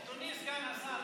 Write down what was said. אדוני סגן השר,